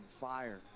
Fire